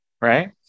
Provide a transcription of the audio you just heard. right